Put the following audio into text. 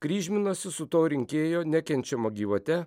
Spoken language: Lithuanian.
kryžminasi su to rinkėjo nekenčiama gyvate